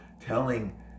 telling